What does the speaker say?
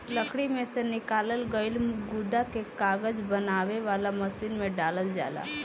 लकड़ी में से निकालल गईल गुदा के कागज बनावे वाला मशीन में डालल जाला